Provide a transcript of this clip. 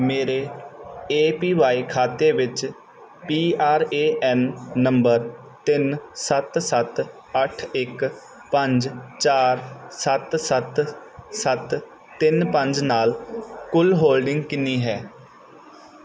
ਮੇਰੇ A P Y ਖਾਤੇ ਵਿੱਚ ਪੀ ਆਰ ਏ ਐੱਨ ਨੰਬਰ ਤਿੰਨ ਸੱਤ ਸੱਤ ਅੱਠ ਇੱਕ ਪੰਜ ਚਾਰ ਸੱਤ ਸੱਤ ਸੱਤ ਤਿੰਨ ਪੰਜ ਨਾਲ ਕੁੱਲ ਹੋਲਡਿੰਗ ਕਿੰਨੀ ਹੈ